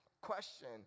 question